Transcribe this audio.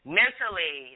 mentally